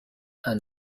and